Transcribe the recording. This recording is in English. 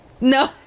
No